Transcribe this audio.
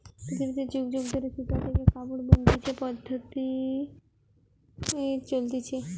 পৃথিবীতে যুগ যুগ ধরে সুতা থেকে কাপড় বনতিছে পদ্ধপ্তি চলতিছে